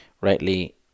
rightly